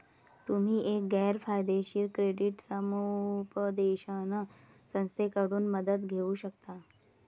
तुम्ही एक गैर फायदेशीर क्रेडिट समुपदेशन संस्थेकडून मदत घेऊ शकता